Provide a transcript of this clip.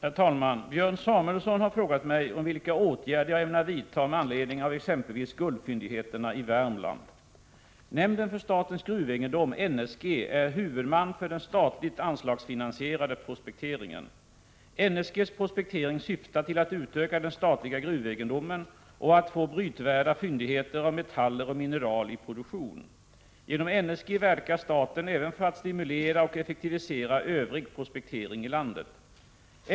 Herr talman! Björn Samuelson har frågat mig om vilka åtgärder jag ämnar vidta med anledning av exempelvis guldfyndigheterna i Värmland. Nämnden för statens gruvegendom är huvudman för den statligt anslagsfinansierade prospekteringen. NSG:s prospektering syftar till att utöka den statliga gruvegendomen och att få brytvärda fyndigheter av metaller och mineral i produktion. Genom NSG verkar staten även för att stimulera och effektivisera övrig prospektering i landet.